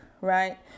right